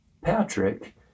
Patrick